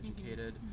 educated